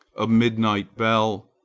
a midnight bell,